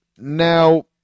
Now